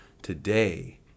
Today